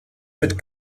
mit